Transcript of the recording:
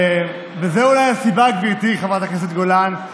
וזו אולי הסיבה, גברתי חברת הכנסת גולן,